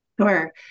Sure